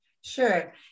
Sure